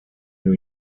new